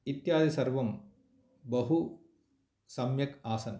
इत्यादि सर्वं बहु सम्यक् आसन्